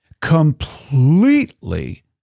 completely